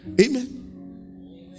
amen